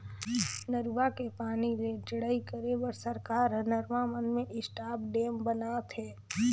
नरूवा के पानी ले टेड़ई करे बर सरकार हर नरवा मन में स्टॉप डेम ब नात हे